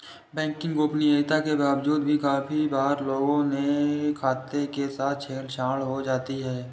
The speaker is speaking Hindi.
बैंकिंग गोपनीयता के बावजूद भी काफी बार लोगों के खातों के साथ छेड़ छाड़ हो जाती है